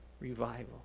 revival